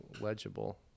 legible